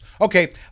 Okay